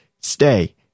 stay